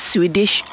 Swedish